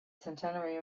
centenary